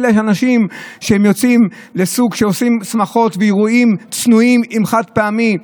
אנשים שעושים שמחות ואירועים צנועים עם חד-פעמי,